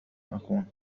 أكون